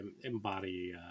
embody